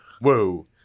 Whoa